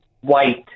white